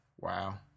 Wow